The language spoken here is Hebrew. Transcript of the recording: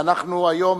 והיום